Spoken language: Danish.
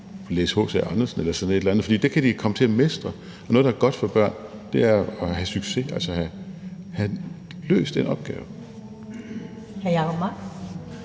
læse H.C. Andersen eller sådan et eller andet, for det kan de komme til at mestre, og noget, der er godt for børn, er at have succes og få løst en opgave. Kl. 16:40 Første